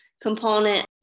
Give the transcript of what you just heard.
component